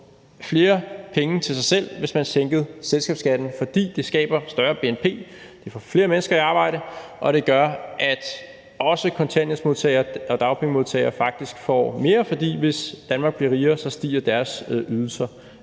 flere penge til sig selv, hvis man sænkede selskabsskatten. For det skaber et større bnp, det får flere mennesker i arbejde, og det gør faktisk, at også kontanthjælpsmodtagere og dagpengemodtagere får mere. For hvis Danmark bliver rigere, stiger deres ydelser